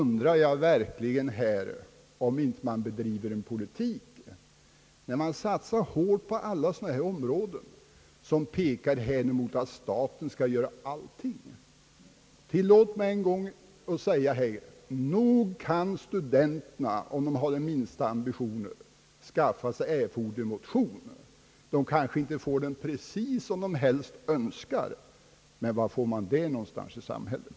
När man satsar så hårt på en sådan fråga som denna undrar jag om detta inte är utslag av en politik som går ut på att staten skall göra allt. Tillåt mig att än en gång säga att stådenterna, om de har den minsta ambition, nog själva kan skaffa sig erforderlig motion. De kanske inte får den precis som de önskar, men var i samhället får man det?